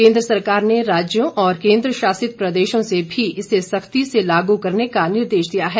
केन्द्र सरकार ने राज्यों और केन्द्र शासित प्रदेशों से भी इसे सख्ती से लागू करने का निर्देश दिया है